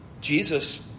Jesus